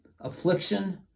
Affliction